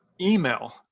email